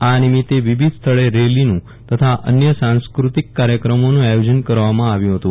આ નિમિતે વિવિધ સ્થળે રેલીનુ તથા અન્ય સાંસ્કૃતિક કાર્યક્રમોનુ આયોજન કરવામાં આવ્યું હતું